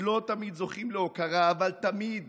שלא תמיד זוכים להוקרה אבל תמיד